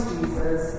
Jesus